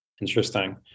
Interesting